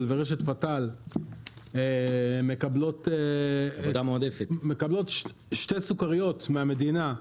ורשת פטאל מקבלות שתי סוכריות מהמדינה,